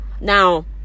Now